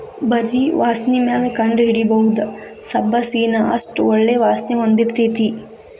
ಬರಿ ವಾಸ್ಣಿಮ್ಯಾಲ ಕಂಡಹಿಡಿಬಹುದ ಸಬ್ಬಸಗಿನಾ ಅಷ್ಟ ಒಳ್ಳೆ ವಾಸ್ಣಿ ಹೊಂದಿರ್ತೈತಿ